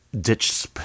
ditch